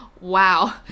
Wow